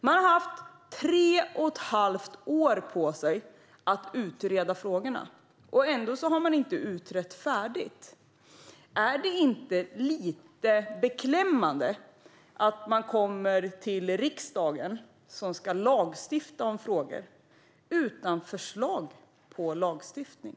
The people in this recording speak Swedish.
Man har haft tre och ett halvt år på sig att utreda frågorna, och ändå har man inte utrett färdigt. Är det inte lite beklämmande att man kommer till riksdagen, som ska lagstifta om frågor, utan förslag till lagstiftning?